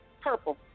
purple